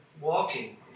walking